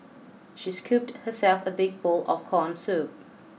she scooped herself a big bowl of corn soup